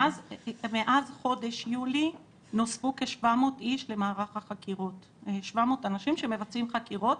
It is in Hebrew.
מאז חודש יולי נוספו כ-700 אנשים שמבצעים חקירות,